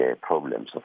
problems